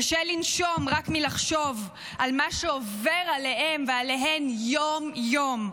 קשה לנשום רק מלחשוב על מה שעובר עליהם ועליהן יום-יום.